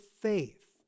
faith